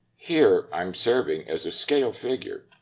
here, i'm serving as a scale figure.